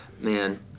man